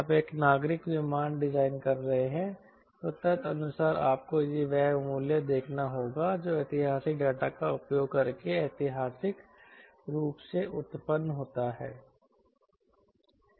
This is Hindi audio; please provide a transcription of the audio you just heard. यदि आप एक नागरिक विमान डिजाइन कर रहे हैं तो तदनुसार आपको वह मूल्य देखना होगा जो ऐतिहासिक डेटा का उपयोग करके ऐतिहासिक रूप से उत्पन्न होता है